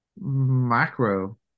macro